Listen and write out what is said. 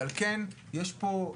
ועל כן יש פה,